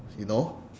you know